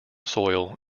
soil